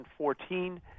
2014